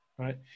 right